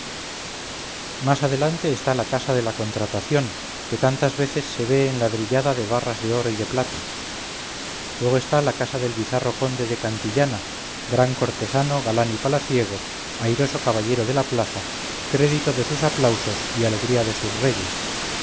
más adelante está la casa de la contratación que tantas veces se ve enladrillada de barras de oro y de plata luego está la casa del bizarro conde de cantillana gran cortesano galán y palaciego airoso caballero de la plaza crédito de sus aplausos y alegría de sus reyes